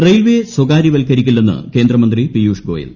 railway സ്വകാര്യവൽക്കരിക്കില്ലെന്ന് കേന്ദ്ര മന്ത്രി പിയൂഷ്ഗോയൽ